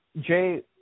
Jay